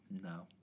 No